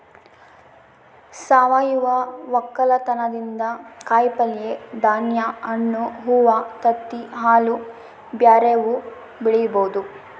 ಸಾವಯವ ವಕ್ಕಲತನದಿಂದ ಕಾಯಿಪಲ್ಯೆ, ಧಾನ್ಯ, ಹಣ್ಣು, ಹೂವ್ವ, ತತ್ತಿ, ಹಾಲು ಬ್ಯೆರೆವು ಬೆಳಿಬೊದು